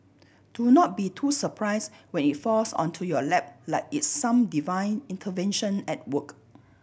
do not be too surprise when it falls onto your lap like it's some divine intervention at work